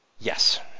Yes